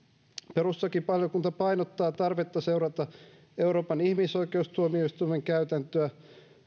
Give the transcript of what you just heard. perustuslakivaliokunta painottaa tarvetta seurata euroopan ihmisoikeustuomioistuimen käytäntöä